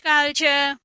Culture